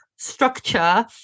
structure